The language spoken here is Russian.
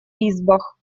избах